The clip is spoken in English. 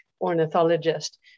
ornithologist